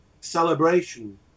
celebration